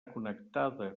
connectada